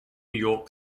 york